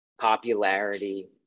popularity